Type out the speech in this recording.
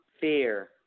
fear